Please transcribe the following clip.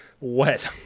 wet